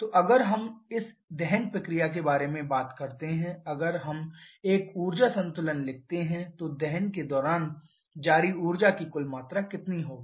तो अगर हम इस दहन प्रक्रिया के बारे में बात करते हैं अगर हम एक ऊर्जा संतुलन लिखते हैं तो दहन के दौरान जारी ऊर्जा की कुल मात्रा कितनी होगी